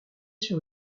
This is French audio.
sur